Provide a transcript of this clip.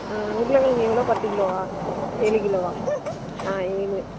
ஆ உருளக்கெழங்கு எவ்வளோ பத்து கிலோவா ஏழு கிலோவா ஆ ஏழு